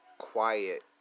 Quiet